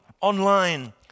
online